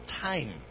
time